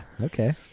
Okay